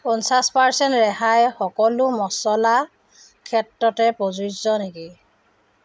পঞ্চাছ পাৰচেণ্ট ৰেহাই সকলো মচলা ক্ষেত্ৰতে প্ৰযোজ্য নেকি